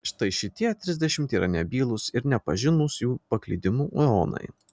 štai šitie trisdešimt yra nebylūs ir nepažinūs jų paklydimo eonai